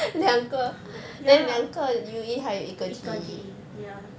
ya 一个 G_E ya